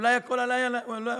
אולי הכול היה לשווא?